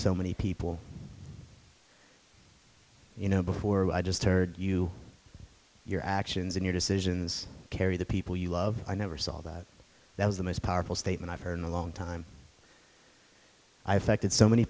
so many people you know before i just heard you your actions and your decisions carry the people you love i never saw that that was the most powerful statement i've heard in a long time i affected so many